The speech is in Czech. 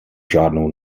žádnou